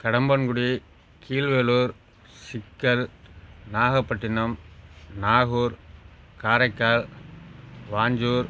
Kadambankudi Kilvelur Sikkal Nagapattinam Nagore Karaikal Vanjur